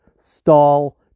stall